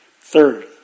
Third